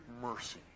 mercy